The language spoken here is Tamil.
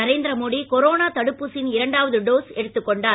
நரேந்திர மோடி கொரோனா தடுப்பூசியின் இரண்டாவது டோஸ் எடுத்துக்கொண்டார்